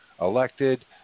elected